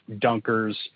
dunkers